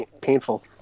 painful